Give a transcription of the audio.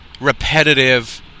repetitive